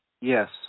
Yes